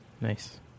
Nice